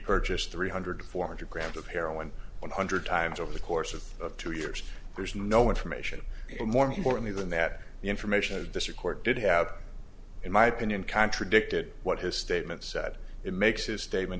purchased three hundred four hundred grams of heroin one hundred times over the course of two years there's no information more importantly than that the information of this report did have in my opinion contradicted what his statement said it makes his statement